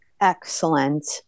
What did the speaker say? Excellent